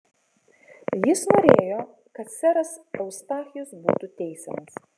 jis norėjo kad seras eustachijus būtų teisiamas